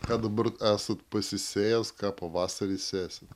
ką dabar esat pasisėjęs ką pavasarį sėsit